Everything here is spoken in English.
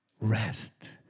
Rest